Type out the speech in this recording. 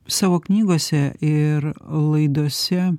savo knygose ir laidose